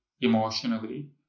emotionally